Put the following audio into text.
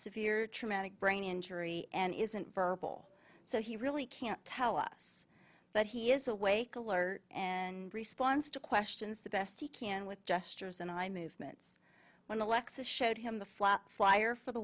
severe traumatic brain injury and isn't verbal so he really can't tell us but he is awake alert and responds to questions the best he can with gestures and eye movements when the lexus showed him the flat flyer for the